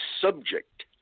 subject